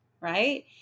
right